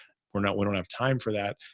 we're not, we don't have time for that.